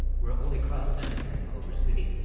we're at holy cross cemetery in culver city,